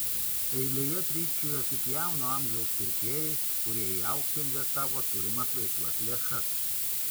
eilėje trypčiojo tik jauno amžiaus pirkėjai kurie į auksą investavo turimas laisvas lėšas